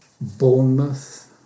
Bournemouth